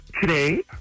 today